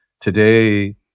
today